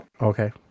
okay